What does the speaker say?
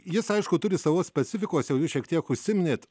jis aišku turi savo specifikos jau šiek tiek užsiminėte